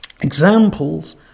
examples